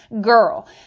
Girl